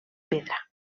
pedra